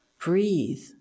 breathe